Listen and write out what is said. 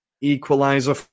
equalizer